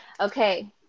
Okay